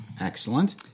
Excellent